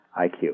IQ